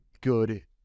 good